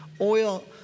Oil